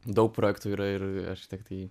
daug projektų yra ir architektai